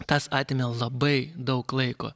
tas atimė labai daug laiko